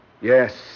Yes